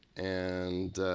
and,